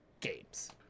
games